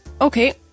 Okay